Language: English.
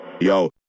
Yo